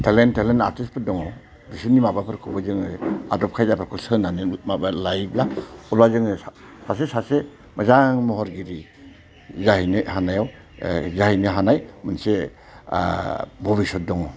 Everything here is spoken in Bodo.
टेलेन्टेद टेलेन्टेद आरटिस्टफोर दङ बिसोरनि माबाफोरखौबो जोङो आदब खायदाफोरखौ सोलोंनानै माबा लायोब्ला अब्ला जोङो सासे सासे मोजां महरगिरि जाहैनो हानायाव जाहैनो हानाय मोनसे बभिश्व'त दङ